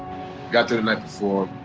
got there the night before.